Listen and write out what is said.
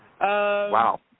Wow